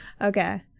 Okay